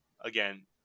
again